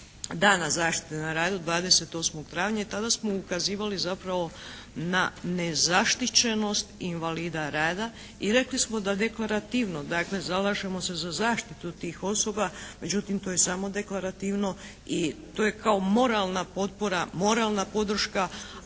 Dana zaštite na radu 28. travnja, tada smo ukazivali zapravo na nezaštićenost invalida rada. I rekli smo da deklarativno dakle zalažemo se za zaštitu tih osoba. Međutim, to je samo deklarativno i to je kao moralna potpora, moralna podrška.